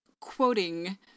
quoting